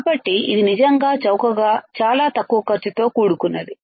కాబట్టి ఇది నిజంగా చౌకగా చాలా తక్కువ ఖర్చుతో కూడుకున్నది